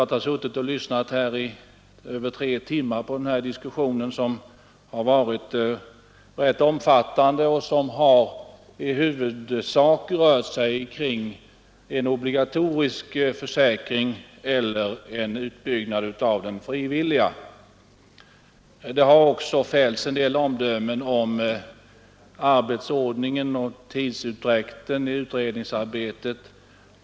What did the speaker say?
Jag har suttit och lyssnat i över tre timmar på denna diskussion som varit rätt omfattande och som i huvudsak rört sig kring frågan om en obligatorisk försäkring eller en utbyggnad av den frivilliga. Det har också fällts en del omdömen om arbetsordningen och tidsutdräkten i utredningsarbetet.